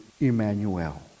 Emmanuel